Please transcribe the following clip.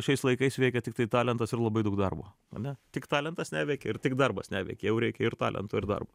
šiais laikais veikia tiktai talentas ir labai daug darbo ane tik talentas neveikia ir tik darbas neveikia jau reikia ir talento ir darbo